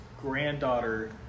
granddaughter